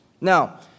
Now